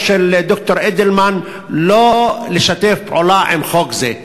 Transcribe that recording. של ד"ר אידלמן לא לשתף פעולה עם חוק זה.